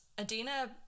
Adina